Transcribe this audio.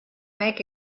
make